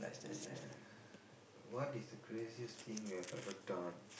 yes what is the craziest thing you have ever done